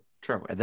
true